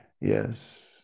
Yes